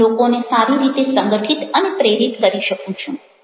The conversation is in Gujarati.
હું લોકોને સારી રીતે સંગઠિત અને પ્રેરિત કરી શકું છું